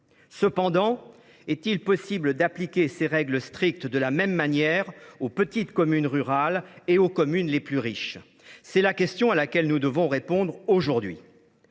Cependant, est il possible d’appliquer ces règles strictes de la même manière aux petites communes rurales et aux communes les plus riches ? C’est la question à laquelle nous devons répondre aujourd’hui.